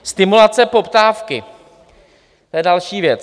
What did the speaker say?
Stimulace poptávky to je další věc.